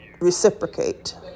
reciprocate